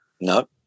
No